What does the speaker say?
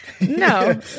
No